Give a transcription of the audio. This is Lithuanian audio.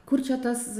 kur čia tas